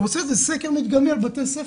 הוא עושה סקר מדגמי על בתי הספר.